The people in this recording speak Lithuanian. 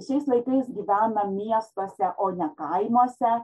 šiais laikais gyvena miestuose o ne kaimuose